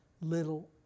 little